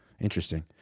Interesting